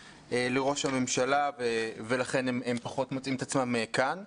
לראש הממשלה ולכן הם פחות מוצאים את עצמם כאן.